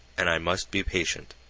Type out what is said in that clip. and i must be patient!